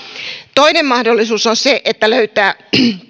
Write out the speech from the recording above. toinen mahdollisuus on se että löytää